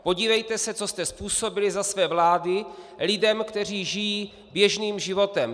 Podívejte se, co jste způsobili za své vlády lidem, kteří žijí běžným životem.